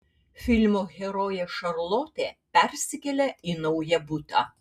filmo herojė šarlotė persikelia į naują butą